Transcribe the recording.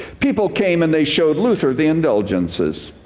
people came and they showed luther, the indulgences.